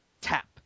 tap